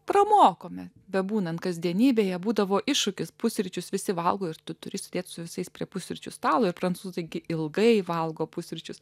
pramokome bebūnant kasdienybėje būdavo iššūkis pusryčius visi valgo ir tu turi sėdėti su visais prie pusryčių stalo ir prancūzų taigi ilgai valgo pusryčius